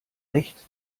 recht